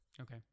Okay